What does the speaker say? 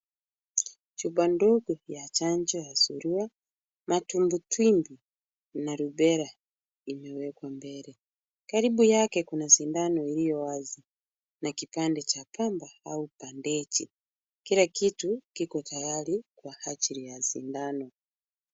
Chupa ndogo ya chanjo ya surua, matumbwitumbwi na rubella imewekwa mbele. Karibu yake kuna sindano iliyo wazi na kipande cha pamba au bendeji. Kila kitu kiko tayari kwa ajili ya sindano.